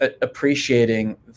appreciating